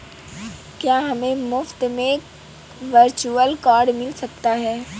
क्या हमें मुफ़्त में वर्चुअल कार्ड मिल सकता है?